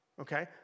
okay